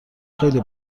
خیلی